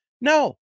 No